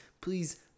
please